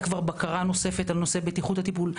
בקרה נוספת על נושא בטיחות הטיפול.